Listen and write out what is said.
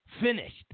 finished